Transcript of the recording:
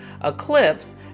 eclipse